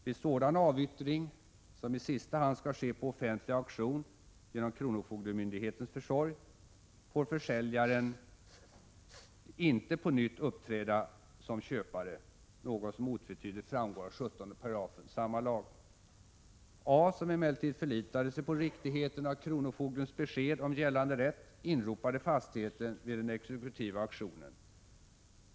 Vid sådan avyttring — som i sista hand skall ske på offentlig auktion genom kronofogdemyndighetens försorg — får försäljaren inte på nytt uppträda som köpare, något som otvetydigt framgår av 17 § samma lag. A, som emellertid förlitade sig på riktigheten av kronofogdens besked om gällande rätt, inropade fastigheten vid den exekutiva auktionen.